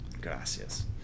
Gracias